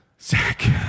Zach